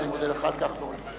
ואני מודה לך על כך מאוד.